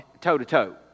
toe-to-toe